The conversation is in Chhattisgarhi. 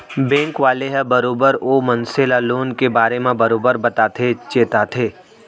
बेंक वाले ह बरोबर ओ मनसे ल लोन के बारे म बरोबर बताथे चेताथे